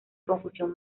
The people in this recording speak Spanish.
confusión